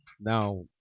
Now